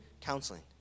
counseling